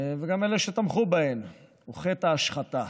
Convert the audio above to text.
וגם אלה שתמכו בהן, הוא חטא ההשחתה,